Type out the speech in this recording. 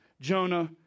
Jonah